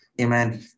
Amen